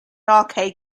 arcade